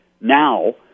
now